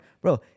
bro